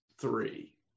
three